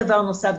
דבר נוסף,